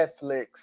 Netflix